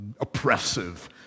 oppressive